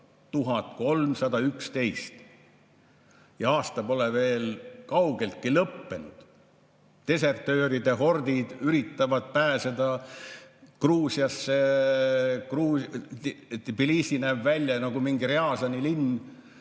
1311, aga aasta pole veel kaugeltki lõppenud. Desertööride hordid üritavad pääseda Gruusiasse. Thbilisi näeb välja nagu mingi Rjazani linn